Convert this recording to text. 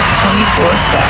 24-7